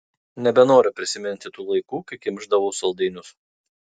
nebenoriu prisiminti tų laikų kai kimšdavau saldainius